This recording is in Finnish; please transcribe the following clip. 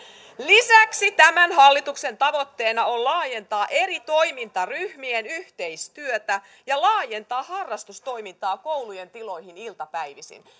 lisäksi tämän hallituksen tavoitteena on laajentaa eri toimintaryhmien yhteistyötä ja laajentaa harrastustoimintaa koulujen tiloihin iltapäivisin